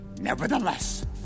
Nevertheless